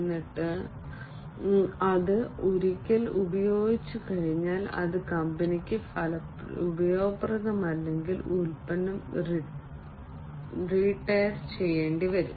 എന്നിട്ട് അത് ഒരിക്കൽ ഉപയോഗിച്ചുകഴിഞ്ഞാൽ അത് കമ്പനിക്ക് ഉപയോഗപ്രദമല്ലെങ്കിൽ ഉൽപ്പന്നം റിട്ടയർ ചെയ്യേണ്ടിവരും